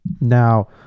now